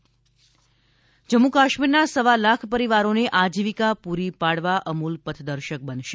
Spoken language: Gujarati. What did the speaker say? અમૂલ પથદર્શક જમ્મુ કાશ્મીરના સવા લાખ પરિવારોને આજીવિકા પૂરી પાડવા અમૂલ પથદર્શક બનશે